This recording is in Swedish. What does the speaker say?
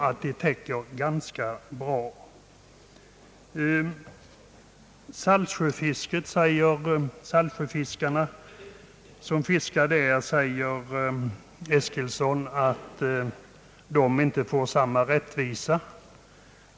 Herr Eskilsson säger att saltsjöfiskarna inte blir rättvist behandlade.